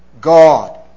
God